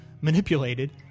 manipulated